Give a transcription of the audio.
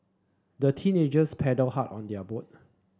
the teenagers paddled hard on their boat